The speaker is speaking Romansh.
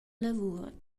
lavur